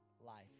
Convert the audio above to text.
life